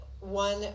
one